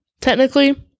technically